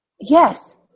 Yes